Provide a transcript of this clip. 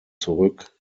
zurück